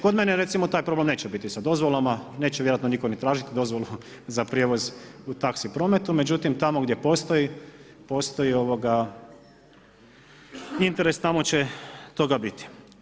Kod mene recimo taj problem neće biti sa dozvolama, neće vjerojatno nitko ni tražiti dozvolu za prijevoz u taxi prometu, međutim tamo gdje postoji postoji interes tamo će toga biti.